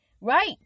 right